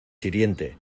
hiriente